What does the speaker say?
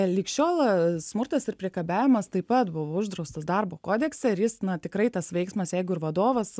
ligšiol smurtas ir priekabiavimas taip pat buvo uždraustas darbo kodekse ir jis na tikrai tas veiksmas jeigu ir vadovas